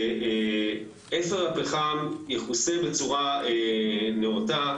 שאפר הפחם יכוסה בצורה נאותה,